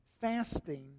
fasting